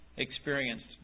experienced